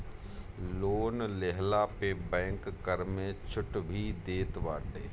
loan लेहला पे bank कर में छुट भी देत बाटे